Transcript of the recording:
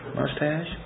Mustache